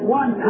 one